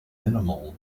minimal